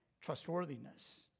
trustworthiness